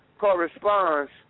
corresponds